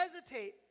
hesitate